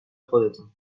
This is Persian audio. خودتان